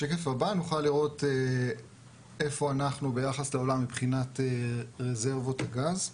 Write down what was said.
בשקף הבא נוכל לראות איפה אנחנו ביחס לעולם מבחינת רזרבות הגז,